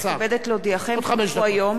כי הונחו היום על שולחן הכנסת,